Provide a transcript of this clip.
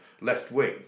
left-wing